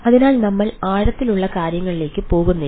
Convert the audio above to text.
അതിനാൽ നമ്മൾ ആഴത്തിലുള്ള കാര്യങ്ങളിലേക്ക് പോകുന്നില്ല